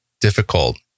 difficult